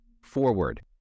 forward